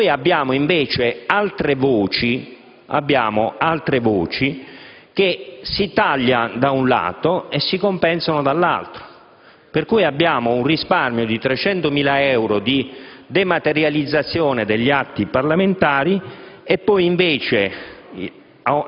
Poi abbiamo invece altre voci che si tagliano da un lato e si compensano dall'altro. Abbiamo, per esempio, un risparmio di 300.000 euro per la dematerializzazione degli atti parlamentari e poi, invece,